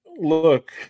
look